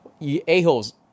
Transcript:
A-holes